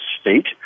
state